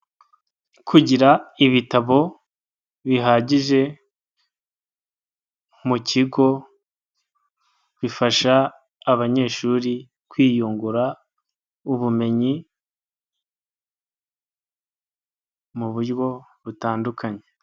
Kugira ibitabo bihagije mu kigo bifasha abanyeshuri kwiyungura ubumenyi mu buryo butandukanye.